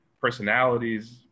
personalities